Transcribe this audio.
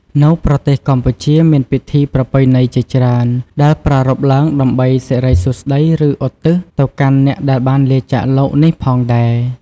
នៅប្រទេសកម្ពុជា មានពិធីប្រពៃណីជាច្រើន ដែលប្រារព្ធឡើងដើម្បីសិរីសួស្តី ឬឧទ្ទិស ទៅកាន់អ្នកដែលបានលាចាកលោកនេះផងដែរ។